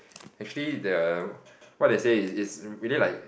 actually the what they say is is really like